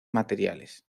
materiales